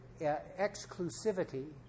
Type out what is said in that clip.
exclusivity